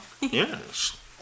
Yes